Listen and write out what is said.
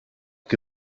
qui